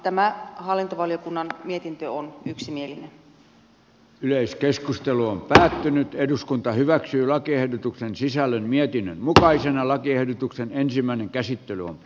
tämä hallintovaliokunnan mietintö on päättynyt eduskunta hyväksyi lakiehdotuksen sisällön mietin mutkaisen lakiehdotuksen ensimmäinen käsittely yksimielinen